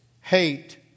hate